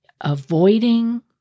avoiding